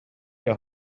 der